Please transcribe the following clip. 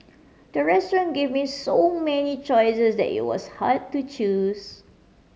the restaurant gave me so many choices that it was hard to choose